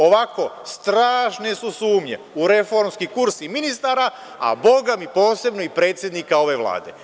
Ovako su strašne sumnje u reformski kurs i ministara, a bogami posebno i predsednika ove Vlade.